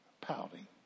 pouting